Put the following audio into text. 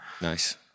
Nice